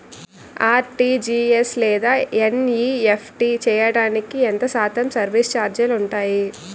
RTGS లేదా NEFT చేయడానికి ఎంత శాతం సర్విస్ ఛార్జీలు ఉంటాయి?